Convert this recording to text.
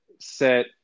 Set